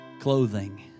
clothing